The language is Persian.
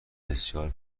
بسیار